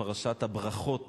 פרשת הברכות